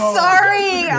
sorry